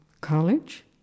college